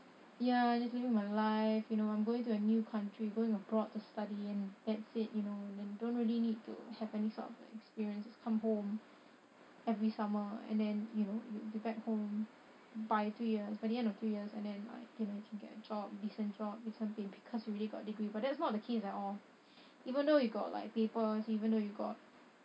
ya just living my life you know I'm going to a new country going abroad to study and that's it you know and then don't really need to have any sort of experiences come home every summer and then you know you be back home by three years by the end of three years and then like you know you can get a job decent job decent pay because you already got degree but that's not the case at all even though you got like papers even though you've got